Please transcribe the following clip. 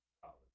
college